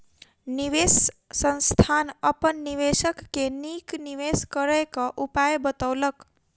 निवेश संस्थान अपन निवेशक के नीक निवेश करय क उपाय बतौलक